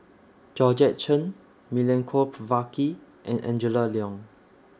Georgette Chen Milenko Prvacki and Angela Liong